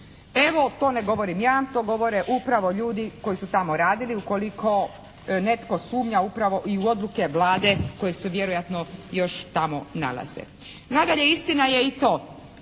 Evo to ne govorim ja, to govore upravo ljudi koji su tamo radili. Ukoliko netko sumnja upravo i u odluke Vlade koje se vjerojatno još tamo nalaze. Nadalje istina je i to,